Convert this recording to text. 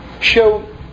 show